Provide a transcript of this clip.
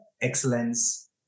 excellence